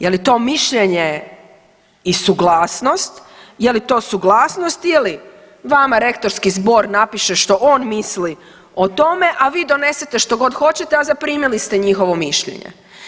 Je li to mišljenje i suglasnost, je li to suglasnost ili vama rektorski zbor napiše što on misli o tome, a vi donesete što god hoćete a zaprimili ste njihovo mišljenje.